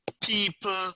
people